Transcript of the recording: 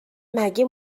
مگه